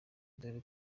dore